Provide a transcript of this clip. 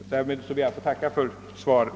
Jag ber att än en gång få tacka för svaret.